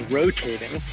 rotating